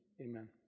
amen